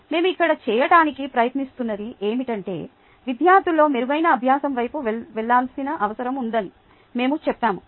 మేము ఇక్కడ చేయటానికి ప్రయత్నిస్తున్నది ఏమిటంటే విద్యార్థులలో మెరుగైన అభ్యాసం వైపు వెళ్ళాల్సిన అవసరం ఉందని మేము చెప్పాము